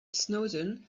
snowden